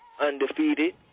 undefeated